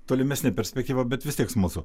tolimesnė perspektyva bet vis tiek smalsu